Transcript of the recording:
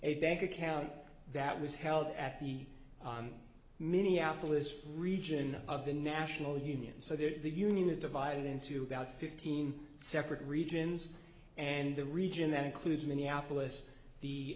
dank account that was held at the minneapolis region of the national union so there is the union is divided into about fifteen separate regions and the region that includes minneapolis the